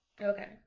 Okay